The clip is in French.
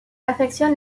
affectionne